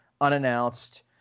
unannounced